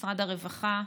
משרד הרווחה,